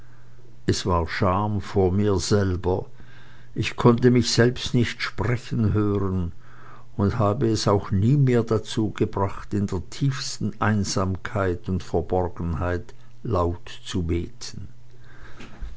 es war scham vor mir selber ich konnte mich selbst nicht sprechen hören und habe es auch nie mehr dazu gebracht in der tiefsten einsamkeit und verborgenheit laut zu beten